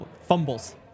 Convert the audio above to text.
fumbles